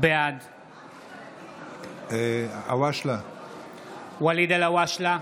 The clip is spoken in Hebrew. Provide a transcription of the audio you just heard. בעד ואליד אלהואשלה,